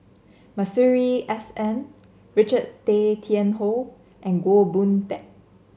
Masuri S N Richard Tay Tian Hoe and Goh Boon Teck